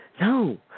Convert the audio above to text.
No